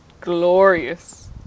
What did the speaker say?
glorious